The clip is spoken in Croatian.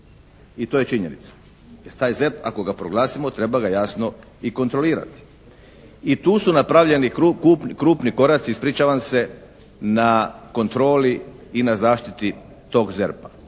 I to je činjenica. Taj ZERP ako ga proglasimo treba ga jasno i kontrolirati. I tu su napravljeni krupni koraci, ispričavam se, na kontroli i na zaštiti tog ZERP-a.